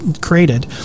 created